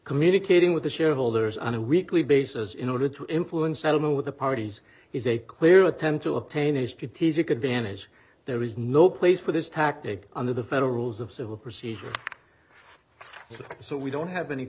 communicating with the shareholders on a weekly basis in order to influence settlement with the parties is a clear attempt to obtain a strategic advantage there is no place for this tactic under the federal rules of civil procedure so we don't have any